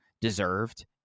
deserved